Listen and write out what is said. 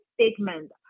statement